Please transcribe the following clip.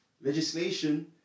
Legislation